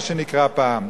מה שנקרא פעם,